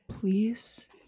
Please